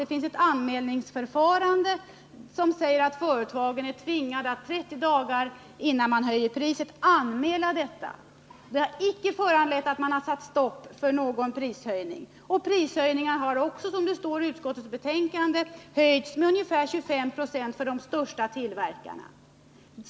Det finns ett anmälningsförfarande som innebär att företagen är tvingade att 30 dagar innan de höjer priserna anmäla detta. Det har icke lett till att man satt stopp för någon prishöjning. Priserna har också, som det står i utskottets betänkande, höjts ungefär 25 96 för de största tillverkarna.